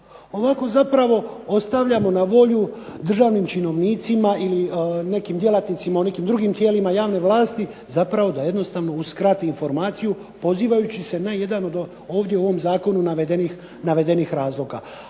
Ovako zapravo ostavljamo na volju državnim činovnicima ili nekim djelatnicima u nekim drugim tijelima javne vlasti da zapravo uskrati informaciju pozivajući se na jedan od ovdje zakonu navedenih razloga.